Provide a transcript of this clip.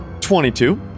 22